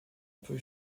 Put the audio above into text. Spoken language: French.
peut